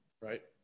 right